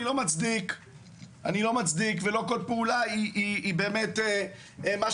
אני לא מצדיק ולא כל פעולה היא מה שנקרא,